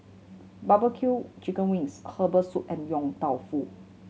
barbecue chicken wings herbal soup and Yong Tau Foo